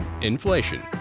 Inflation